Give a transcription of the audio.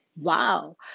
wow